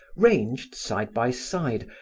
ranged side by side,